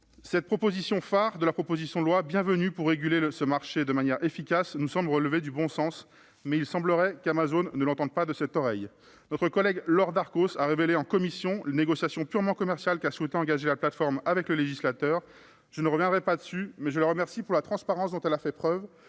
Cette proposition phare de la proposition de loi, bienvenue pour réguler ce marché de manière efficace, nous semble relever du bon sens. Mais il semblerait qu'Amazon ne l'entende pas de cette oreille. Notre collègue Laure Darcos a révélé en commission les négociations purement commerciales qu'a souhaité engager la plateforme avec le législateur. Je n'y reviendrai pas, mais je la remercie de la transparence dont elle a fait preuve